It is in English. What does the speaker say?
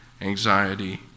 anxiety